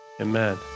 amen